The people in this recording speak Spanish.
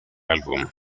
álbum